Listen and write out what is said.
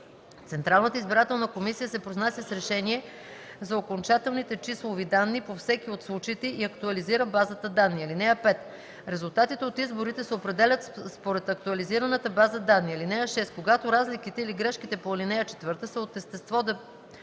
Централната избирателна комисия се произнася с решение за окончателните числови данни по всеки от случаите и актуализира базата данни. (5) Резултатите от изборите се определят според актуализираната база данни. (6) Когато разликите или грешките по ал. 4 са от естество да